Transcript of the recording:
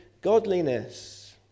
godliness